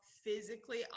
physically